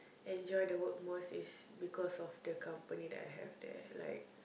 enjoy the work most is because of the company that I have there like